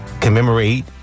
commemorate